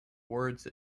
words